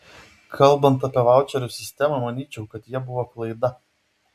kalbant apie vaučerių sistemą manyčiau kad jie buvo klaida